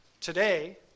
today